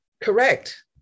Correct